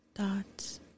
thoughts